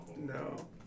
No